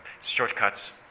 shortcuts